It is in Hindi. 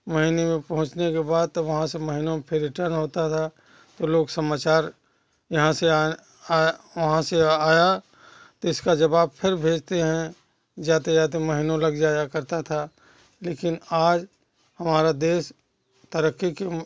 महीने में पहुँचने के बाद तब वहाँ से महीने में फिर रिटर्न होता था तो लोग समाचार यहाँ से आएँ आएँ वहाँ से आया तो इसका जवाब फिर भेजते हैं जाते जाते महीनों लग जाया करता था लेकिन आज हमारा देश तरक्की कि